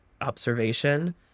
observation